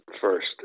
first